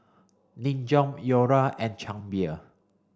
Nin Jiom Iora and Chang Beer